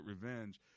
revenge